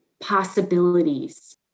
possibilities